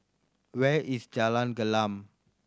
where is Jalan Gelam